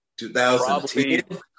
2010